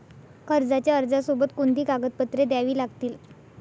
कर्जाच्या अर्जासोबत कोणती कागदपत्रे द्यावी लागतील?